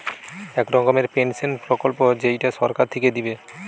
এক রকমের পেনসন প্রকল্প যেইটা সরকার থিকে দিবে